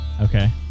Okay